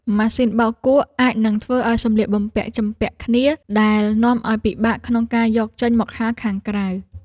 ម៉ាស៊ីនបោកគក់អាចនឹងធ្វើឱ្យសម្លៀកបំពាក់ជំពាក់គ្នាដែលនាំឱ្យពិបាកក្នុងការយកចេញមកហាលខាងក្រៅ។